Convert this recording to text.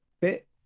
bit